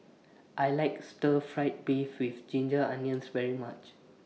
I like Stir Fried Beef with Ginger Onions very much